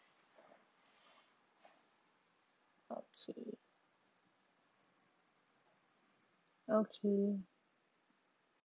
okay okay